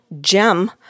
gem